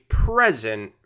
present